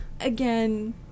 again